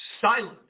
silent